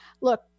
Look